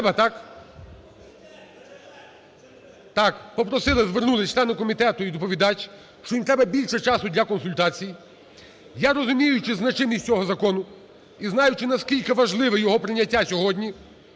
Так. Попросили, звернулись члени комітету і доповідач, що їм треба більше часу для консультацій. Я, розуміючи значимість цього закону і знаючи, наскільки важливе його прийняття сьогодні,